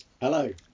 Hello